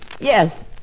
Yes